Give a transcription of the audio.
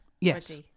Yes